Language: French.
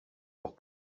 voir